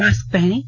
mask पहनें